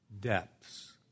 Depths